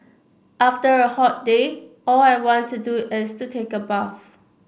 after a hot day all I want to do is to take a bath